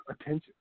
attention